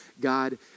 God